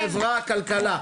כתוב כאן חינוך, חברה, כלכלה.